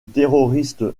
terroriste